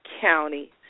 county